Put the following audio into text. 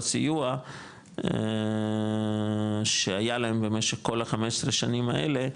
סיוע שהיה להם במשך כל ה-15 שנים האלה,